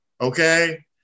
okay